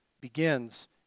begins